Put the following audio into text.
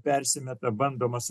persimeta bandomas